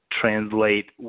Translate